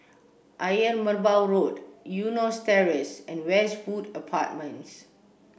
Ayer Merbau Road Eunos Terrace and Westwood Apartments